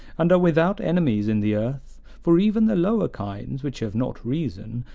and are without enemies in the earth for even the lower kinds, which have not reason,